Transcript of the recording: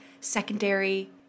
secondary